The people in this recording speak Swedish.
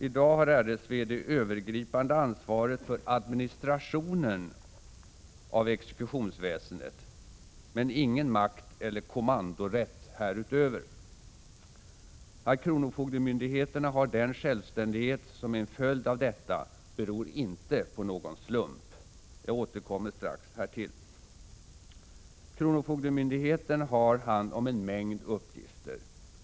I dag har RSV det övergripande ansvaret för administrationen av exekutionsväsendet, men ingen makt eller kommandorätt härutöver. Att kronofogdemyndigheterna har den självständighet som är en följd av detta beror inte på någon slump. Jag återkommer strax härtill. Kronofogdemyndigheten har hand om en mängd uppgifter.